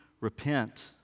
repent